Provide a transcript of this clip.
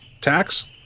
tax